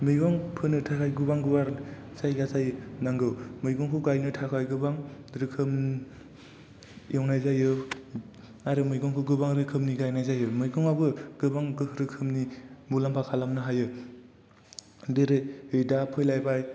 मैगं फोनो थाखाय गोबां गुवार जायगा नांगौ मैगंखौ गायनो थाखाय गोबां रोखोम एवनाय जायो आरो मैगंखौ गोबां रोखोमनि गायनाय जायो मैगङाबो गोबां रोखोमनि मुलाम्फा खालामनो हायो जेरै दा फैलायबाय